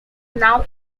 now